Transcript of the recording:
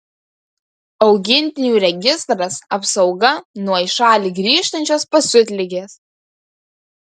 augintinių registras apsauga nuo į šalį grįžtančios pasiutligės